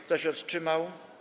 Kto się wstrzymał?